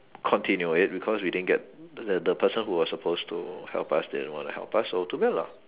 continue it because we didn't get the the person who was supposed to help us didn't want to help us so too bad lah